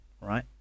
right